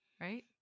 right